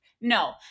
No